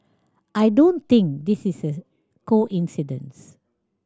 I don't think this is a coincidence